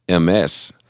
MS